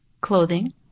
clothing